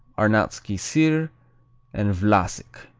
arnautski sir and vlasic.